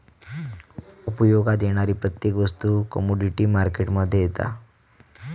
उपयोगात येणारी प्रत्येक वस्तू कमोडीटी मार्केट मध्ये येता